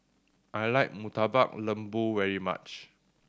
I like Murtabak Lembu very much